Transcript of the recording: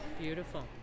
Beautiful